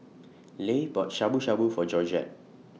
Leigh bought Shabu Shabu For Georgette